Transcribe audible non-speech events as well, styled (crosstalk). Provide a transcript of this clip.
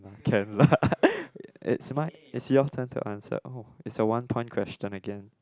can lah (laughs) it's my oh is your turn to ask oh is one time question again